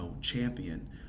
champion